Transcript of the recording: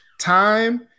time